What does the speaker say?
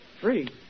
Free